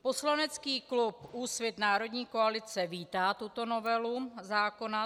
Poslanecký klub Úsvit Národní koalice vítá tuto novelu zákona.